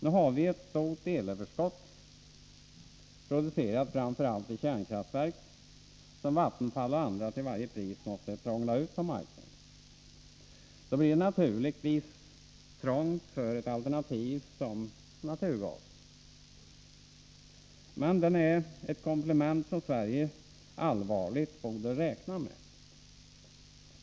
Nu har vi ett stort elöverskott som är producerat framför allt i kärnkraftverk och som Vattenfall och andra till varje pris måste prångla ut på marknaden. Då blir det naturligtvis trångt för ett alternativ som naturgasen. Men den är ett komplement som Sverige allvarligt borde räkna med.